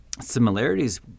similarities